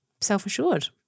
self-assured